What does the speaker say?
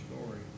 story